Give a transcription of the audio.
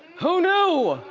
who knew?